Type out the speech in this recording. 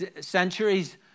centuries